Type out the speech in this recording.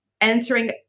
entering